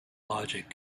logic